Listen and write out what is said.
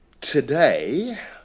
today